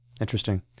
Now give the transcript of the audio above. Interesting